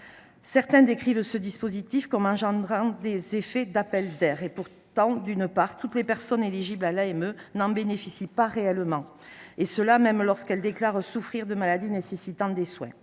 certains décrivent ce dispositif comme générateur d’un appel d’air. Or, d’une part, toutes les personnes éligibles à l’AME n’en bénéficient pas réellement, et cela, même lorsqu’elles déclarent souffrir de maladies nécessitant des soins